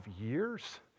years